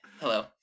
Hello